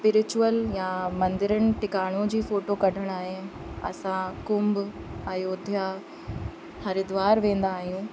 spiritual या मंदरनि टिकाणो जी फोटो कढण लाइ असां कुंभ अयोध्या हरिद्वार वेंदा आहियूं